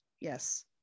yes